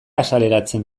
azaleratzen